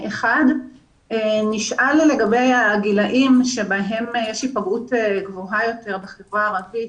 1. נשאלנו לגבי הגילאים שבהם יש היפגעות גבוהה יותר בחברה הערבית.